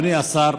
אדוני השר.